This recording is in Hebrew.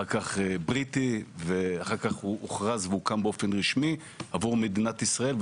אחר כך בריטי ואחר כך הוא הוכרז והוקם באופן רשמי עבור מדינת ישראל,